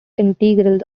integrals